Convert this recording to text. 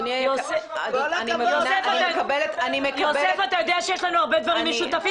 אתה יודע שיש לנו הרבה דברים משותפים